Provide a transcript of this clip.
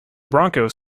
broncos